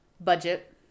Budget